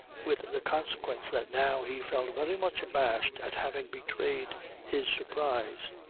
with the consequence that now he felt very much abashed at having betrayed his surprise.